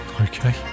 Okay